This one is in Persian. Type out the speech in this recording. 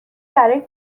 برای